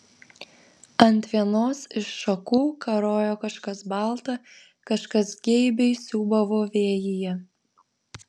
ant vienos iš šakų karojo kažkas balta kažkas geibiai siūbavo vėjyje